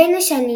בין השנים